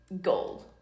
gold